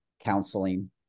counseling